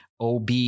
OB